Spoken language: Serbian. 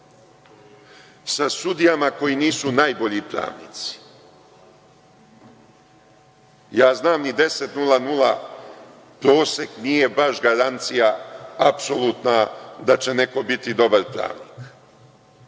sa sudijama koji nisu najbolji pravnici. Znam i 10,00 prosek nije baš garancija apsolutna da će neko biti dobar pravnik,